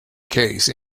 case